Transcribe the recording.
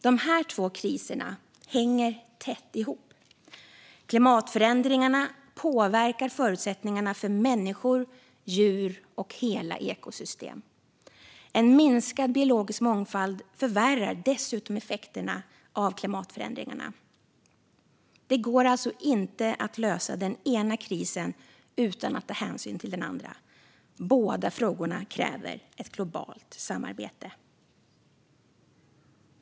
De här två kriserna hänger tätt ihop. Klimatförändringarna påverkar förutsättningarna för människor, djur och hela ekosystem. En minskad biologisk mångfald förvärrar dessutom effekterna av klimatförändringarna. Det går alltså inte att lösa den ena krisen utan att ta hänsyn till den andra. Båda frågorna kräver ett globalt samarbete.